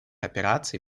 операций